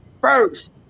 first